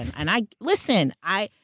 and i, listen, i,